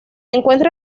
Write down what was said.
encuentra